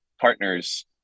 partners